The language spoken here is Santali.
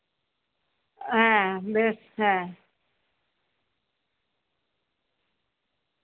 ᱦᱮᱸ ᱵᱮᱥ ᱦᱮᱸ